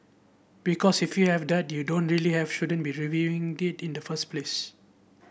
because if you have then you don't really have shouldn't be reviewing it in the first place